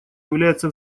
является